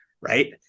right